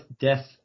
death